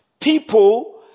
People